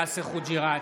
יאסר חוג'יראת,